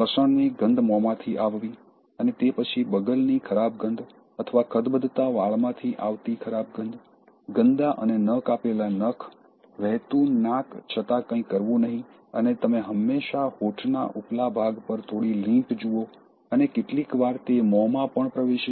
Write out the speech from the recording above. લસણની ગંધ મોંમાંથી આવવી અને તે પછી બગલની ખરાબ ગંધ અથવા ખદબદતા વાળમાંથી આવતી ખરાબ ગંધ ગંદા અને ન કાપેલા નખ વહેતું નાક છતાં કંઈ કરવું નહીં અને તમે હંમેશા હોઠનાં ઉપલા ભાગ પર થોડી લીંટ જુઓ અને કેટલીકવાર તે મો માં પણ પ્રવેશી જાય